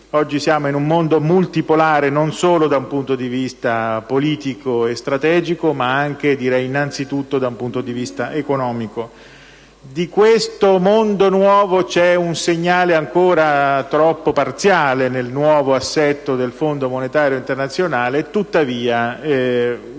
così: siamo in un mondo multipolare, non solo dal punto di vista politico e strategico, ma anche, e direi innanzitutto, da un punto di vista economico. Di questo mondo nuovo c'è un segnale ancora troppo parziale nel nuovo assetto del Fondo monetario internazionale e, tuttavia, un